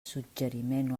suggeriment